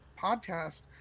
podcast